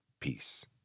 Peace